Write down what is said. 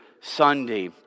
Sunday